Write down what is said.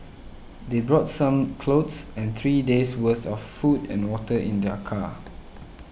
they brought some clothes and three days' worth of food and water in their car